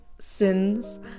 sins